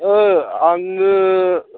अ आंनो